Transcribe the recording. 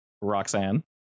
roxanne